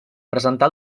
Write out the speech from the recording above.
presentar